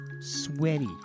sweaty